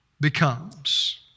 becomes